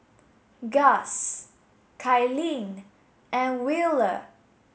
Guss Kylene and Wheeler